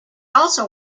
also